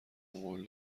قول